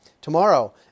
Tomorrow